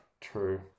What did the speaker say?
True